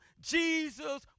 Jesus